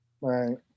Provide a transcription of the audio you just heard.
Right